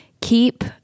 keep